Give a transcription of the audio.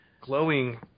Glowing